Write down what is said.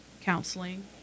counseling